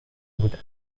بودند